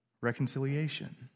reconciliation